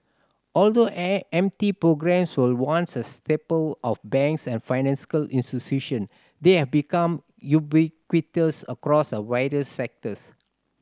although M T programmes were once a staple of banks and financial institution they are become ubiquitous across a various sectors